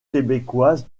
québécoise